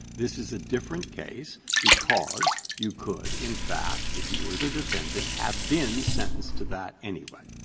this is a different case because you could in fact, if you were the defendant, have been sentenced to that anyway.